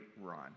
run